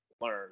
learn